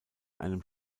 einem